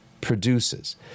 produces